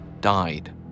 died